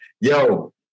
Yo